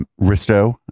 Risto